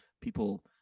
people